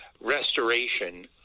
restoration